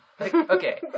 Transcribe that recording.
okay